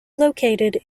located